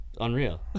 unreal